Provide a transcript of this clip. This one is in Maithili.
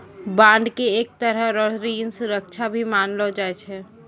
बांड के एक तरह रो ऋण सुरक्षा भी मानलो जाय छै